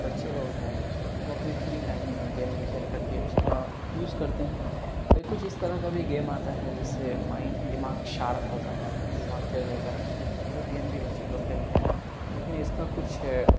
بچے لوگ ہیں وہ اپنے فری ٹائم میں گیمنگ کھیل کر کے اس کا یوز کرتے ہیں کئی کچھ اس طرح کا بھی گیم آتا ہے جس سے مائنڈ دماغ شارپ ہوتا ہے دماغ تیز ہوتا ہے تو وہ گیم بھی بچے لوگ کھیلتے ہیں لیکن اس کا کچھ